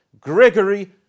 gregory